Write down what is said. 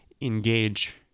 engage